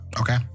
Okay